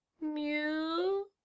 Mew